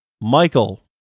Michael